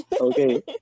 Okay